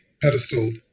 pedestaled